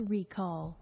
Recall